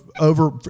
over